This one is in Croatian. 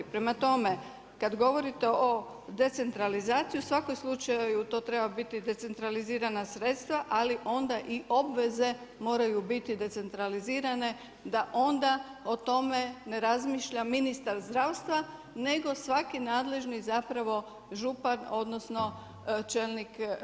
Prema tome, kada govorite o decentralizaciji u svakom slučaju to treba biti decentralizirana sredstva ali onda i obveze moraju biti decentralizirane da onda o tome ne razmišlja ministar zdravstva nego svaki nadležni zapravo župan odnosno čelnik lokalne samouprave.